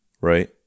right